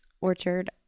orchard